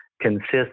consists